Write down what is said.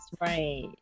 right